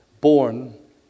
born